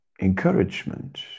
encouragement